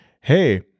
Hey